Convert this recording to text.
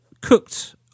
cooked